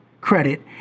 credit